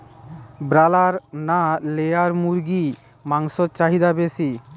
Broiler না layer মুরগির মাংসর চাহিদা বেশি?